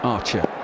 Archer